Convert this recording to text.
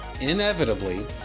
inevitably